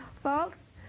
Folks